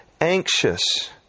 anxious